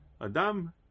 Adam